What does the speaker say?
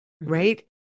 right